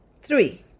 Three